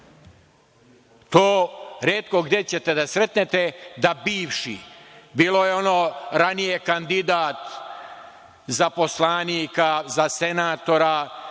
To retko gde ćete da sretnete da bivši… bilo je ono ranije – kandidat za poslanika, za senatora,